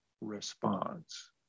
response